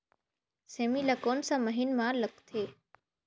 सेमी ला कोन सा महीन मां लगथे?